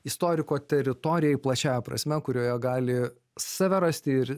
istoriko teritorijai plačiąja prasme kurioje gali save rasti ir